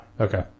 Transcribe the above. Okay